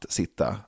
sitta